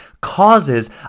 causes